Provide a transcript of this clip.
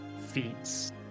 feats